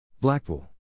Blackpool